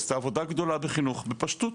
היא עשתה עבודה גדולה בחינוך בפשטות.